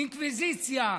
אינקוויזיציה,